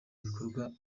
bikorwa